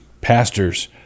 pastors